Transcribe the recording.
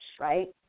right